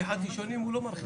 הרישום לא קשור